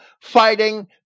fighting